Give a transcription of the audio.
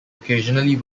occasionally